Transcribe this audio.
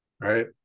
Right